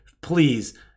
Please